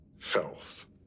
Health